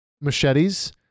machetes